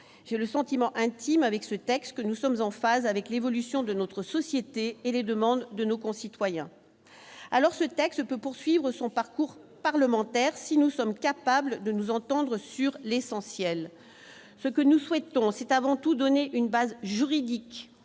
j'ai le sentiment intime avec ce texte, que nous sommes en phase avec l'évolution de notre société et les demandes de nos concitoyens alors ce texte peut poursuivre son parcours parlementaire, si nous sommes capables de nous entendre sur l'essentiel, ce que nous souhaitons, c'est avant tout donner une base juridique